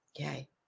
Okay